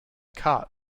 cart